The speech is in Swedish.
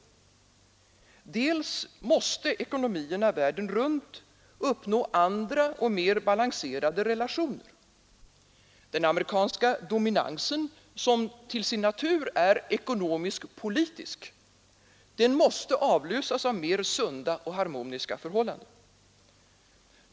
För det första måste ekonomierna världen runt uppnå andra och mer balanserade relationer; den amerikanska dominansen, som till sin natur är ekonomisk-politisk, måste avlösas av mer sunda och harmoniska förhållanden.